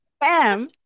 Bam